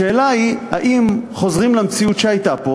השאלה היא אם חוזרים למציאות שהייתה פה